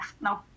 no